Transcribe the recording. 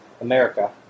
America